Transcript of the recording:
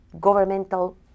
governmental